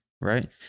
right